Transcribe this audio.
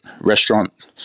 restaurant